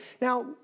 Now